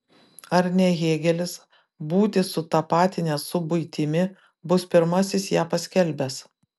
ar ne hėgelis būtį sutapatinęs su buitimi bus pirmasis ją paskelbęs